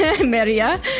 Maria